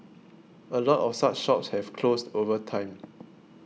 a lot of such shops have closed over time